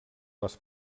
les